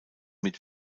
mit